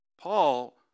Paul